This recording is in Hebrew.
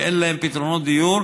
שאין להם פתרונות דיור,